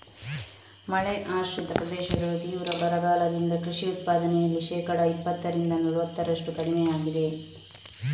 ಮಳೆ ಆಶ್ರಿತ ಪ್ರದೇಶಗಳು ತೀವ್ರ ಬರಗಾಲದಿಂದ ಕೃಷಿ ಉತ್ಪಾದನೆಯಲ್ಲಿ ಶೇಕಡಾ ಇಪ್ಪತ್ತರಿಂದ ನಲವತ್ತರಷ್ಟು ಕಡಿಮೆಯಾಗಿದೆ